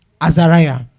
Azariah